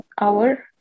hour